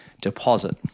deposit